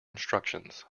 instructions